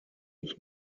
ich